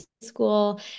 school